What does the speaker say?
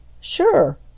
Sure